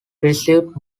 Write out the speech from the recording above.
received